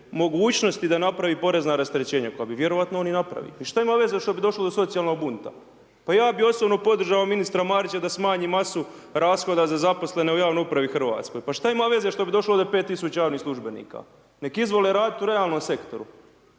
mogućnosti da napravi porezna rasterećenja koja bi vjerojatno on i napravio. I šta ima veze što bi došlo do socijalnog bunta. Pa ja bih osobno podržao ministra Marića da smanji masu rashoda za zaposlene u javnoj upravi Hrvatskoj. Pa šta ima veze šta bi došlo ovdje 5 tisuća javnih službenika? Neka izvole raditi u realnom sektoru.